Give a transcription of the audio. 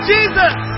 Jesus